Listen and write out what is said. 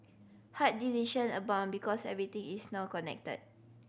hard decision abound because everything is now connected